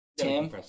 Tim